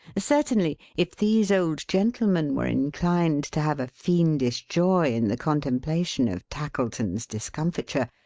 certainly, if these old gentlemen were inclined to have a fiendish joy in the contemplation of tackleton's discomfiture,